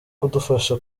kudufasha